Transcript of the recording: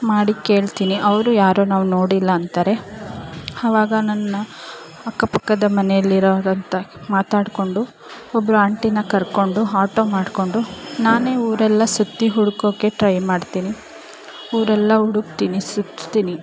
ಮಾಡಿ ಕೇಳ್ತೀನಿ ಅವರು ಯಾರೂ ನಾವು ನೋಡಿಲ್ಲ ಅಂತಾರೆ ಅವಾಗ ನನ್ನ ಅಕ್ಕಪಕ್ಕದ ಮನೆಯಲ್ಲಿರೋಂತ ಮಾತಾಡಿಕೊಂಡು ಒಬ್ಬರು ಆಂಟಿನ ಕರ್ಕೊಂಡು ಹಾಟೊ ಮಾಡಿಕೊಂಡು ನಾನೆ ಊರೆಲ್ಲ ಸುತ್ತಿ ಹುಡುಕೋಕೆ ಟ್ರೈ ಮಾಡ್ತೀನಿ ಊರೆಲ್ಲ ಹುಡುಕ್ತೀನಿ ಸುತ್ತುತೀನಿ